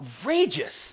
Outrageous